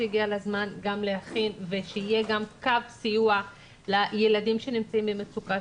שהגיע הזמן שיהיה גם קו סיוע לילדים שנמצאים במצוקה,